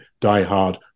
Diehard